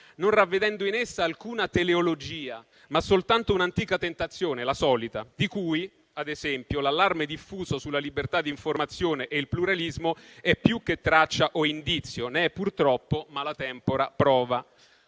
non ravvedendo in essa alcuna teleologia, ma soltanto un'antica tentazione, la solita, di cui, ad esempio, l'allarme diffuso sulla libertà di informazione e il pluralismo è più che traccia o indizio. Ne è purtroppo - *mala tempora* - prova.